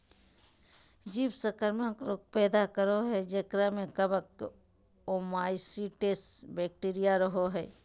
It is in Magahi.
जीव संक्रामक रोग पैदा करो हइ जेकरा में कवक, ओमाइसीट्स, बैक्टीरिया रहो हइ